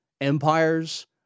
empires